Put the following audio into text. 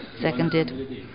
Seconded